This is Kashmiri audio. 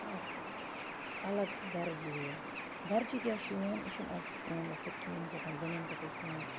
اَکھ الگ درجہ دِنہٕ درجہ کیٛاہ چھُ یِوان یہِ چھُنہٕ آز سُہ پرون وقت کِہیٖنۍ ییٚمہِ ساتہٕ زَنیٚن پٮ۪ٹھ ٲسۍ یِوان